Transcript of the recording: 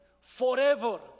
forever